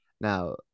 Now